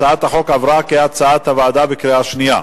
הצעת החוק עברה כהצעת הוועדה בקריאה שנייה.